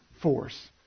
force